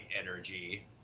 energy